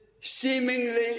seemingly